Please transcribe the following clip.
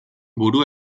buru